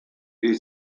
hil